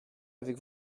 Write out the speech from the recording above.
avec